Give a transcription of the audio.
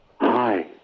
Hi